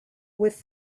with